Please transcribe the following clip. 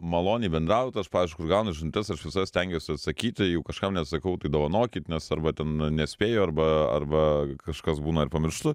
maloniai bendraut aš pavyzdžiui kai aš gaunu žinutes aš visada stengiuosi atsakyti jeigu kažkam nesakau tai dovanokit nes arba ten nespėju arba arba kažkas būna ir pamirštu